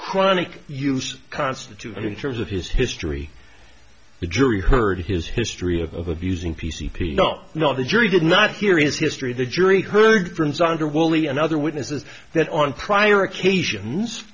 chronic use constituted in terms of his history the jury heard his history of abusing p c p no no the jury did not hear his history the jury heard from zonder woolley and other witnesses that on prior occasions